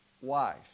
wife